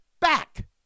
back